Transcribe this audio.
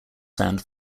sand